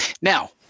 Now